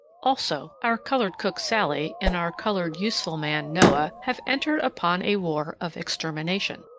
also, our colored cook sallie and our colored useful man noah have entered upon a war of extermination.